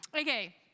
Okay